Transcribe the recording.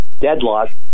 deadlock